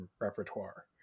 repertoire